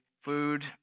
food